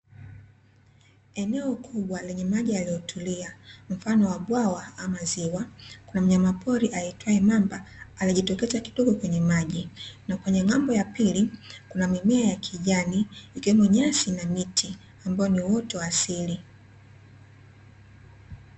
Eneo kubwa lenye maji yaliyo tulia mfano wa bwawa au ziwa, mnyama pori aitwaye mamba amejitokeza kidogo kwenye maji, nakwenye ng'ambo ya pili kuna mimea ya kijani ikiwemo nyasi na miti, ambao ni uoto wa asili.